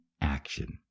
action